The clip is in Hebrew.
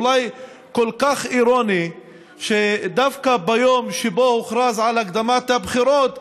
אולי כל כך אירוני שדווקא ביום שבו הוכרז על הקדמת הבחירות,